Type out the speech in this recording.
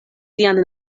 sian